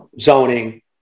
zoning